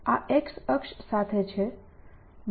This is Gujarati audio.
આ X અક્ષ સાથે છે